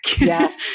Yes